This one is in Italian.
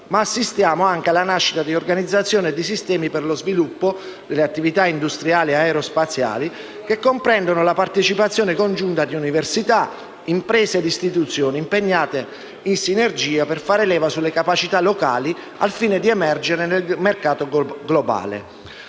ma assistiamo anche alla nascita di organizzazioni e di sistemi per lo sviluppo delle attività industriali aerospaziali che comprendono la partecipazione congiunta di università, imprese e istituzioni impegnate in sinergia per far leva sulle capacità locali al fine di emergere nel mercato globale.